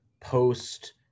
post